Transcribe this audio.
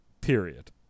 Period